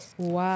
Wow